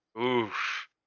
Oof